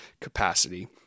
capacity